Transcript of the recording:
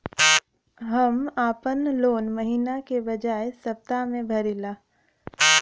हम आपन लोन महिना के बजाय सप्ताह में भरीला